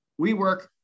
WeWork